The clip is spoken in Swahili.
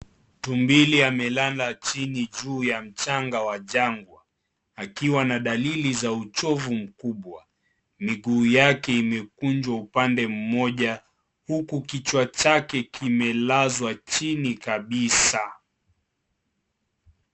Tumbili amelala chini juu ya mchanga wa jangwa akiwa na dalili za uchovu mkubwa, miguu yake imekunjwa upande mmoja huku kichwa chake kimelazwa chini kabisa.